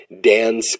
Dan